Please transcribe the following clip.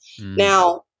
Now